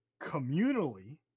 communally